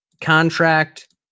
contract